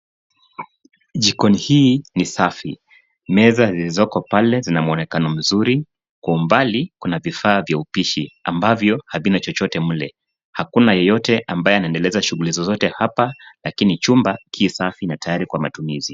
Jikoni hii ni safi meza zilizoko pale zina muonekano mzuri kwa umbali kuna vifaa vya upishi ambavyo havina chochote mle hakuna ambaye anaendeleza shughuli zozote hapa lakini chumba ki safi na tayari kwa matumizi.